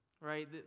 Right